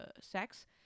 sex